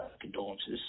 condolences